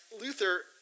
Luther